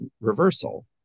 reversal